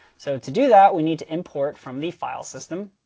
so to do that we need to import from the file system.